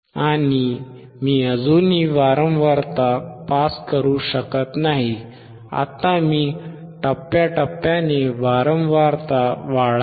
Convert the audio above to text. आणि मी अजूनही वारंवारता पास करू शकत नाही आता मी टप्प्याटप्प्याने वारंवारता वाढवत आहे